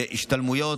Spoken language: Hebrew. בהשתלמויות,